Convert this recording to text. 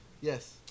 yes